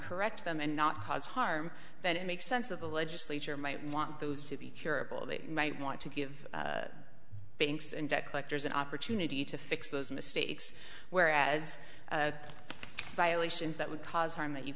correct them and not cause harm then it makes sense of the legislature might want those to be curable they might want to give banks and debt collectors an opportunity to fix those mistakes whereas violations that would cause harm that you